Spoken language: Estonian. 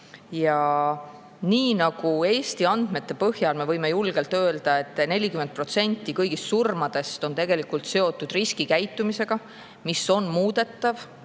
ennetama. Eesti andmete põhjal me võime julgelt öelda, et 40% kõigist surmadest on seotud riskikäitumisega, mis on muudetav,